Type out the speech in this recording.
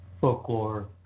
folklore